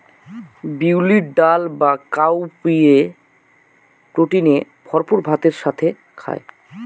বিউলির ডাল বা কাউপিএ প্রোটিনে ভরপুর ভাতের সাথে খায়